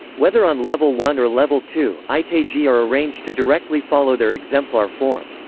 whether on level one or level two, itaiji are arranged to directly follow their exemplar form.